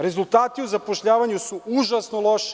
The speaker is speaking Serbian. Rezultati u zapošljavanju su užasno loši.